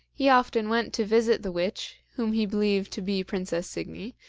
he often went to visit the witch, whom he believed to be princess signy,